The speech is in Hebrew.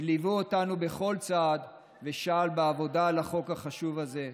הן ליוו אותנו בכל צעד ושעל בעבודה על החוק החשוב הזה,